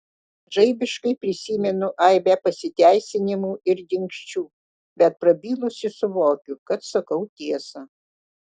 žaibiškai prisimenu aibę pasiteisinimų ir dingsčių bet prabilusi suvokiu kad sakau tiesą